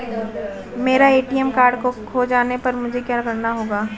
मेरा ATM card खो जाने पर मुझे क्या करना होगा?